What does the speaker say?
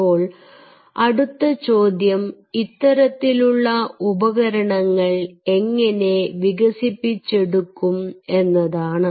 അപ്പോൾ അടുത്ത ചോദ്യം ഇത്തരത്തിലുള്ള ഉപകരണങ്ങൾ എങ്ങിനെ വികസിപ്പിച്ചെടുക്കും എന്നതാണ്